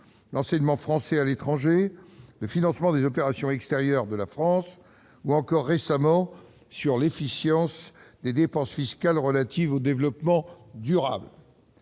l'enseignement français à l'étranger, le financement des opérations extérieures de la France ou, encore récemment, l'efficience des dépenses fiscales relatives au développement durable.